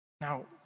Now